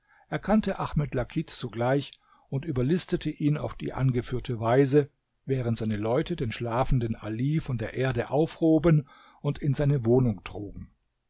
erkannte ahmed lakit sogleich und überlistete ihn auf die angeführte weise während seine leute den schlafenden ali von der erde aufhoben und in seine wohnung trugen